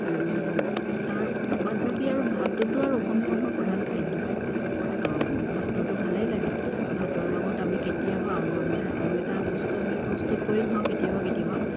আৰু তাৰ বাদ বাকী আৰু ভাতটোতো আৰু অসমীয়া মানুহৰ প্ৰধান খাদ্য ভাতটোতো ভালেই লাগে ভাতৰ লগত আমি কেতিয়াবা আৰু আমাৰ আৰু এটা বস্তু আমি প্ৰস্তুত কৰি খাওঁ কেতিয়াবা কেতিয়াবা